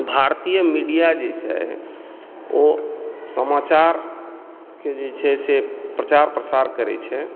भारतीय मीडिया जे छै ओ समाचार के जे छै से प्रचार प्रसार करै छै